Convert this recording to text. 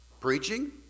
preaching